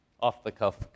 off-the-cuff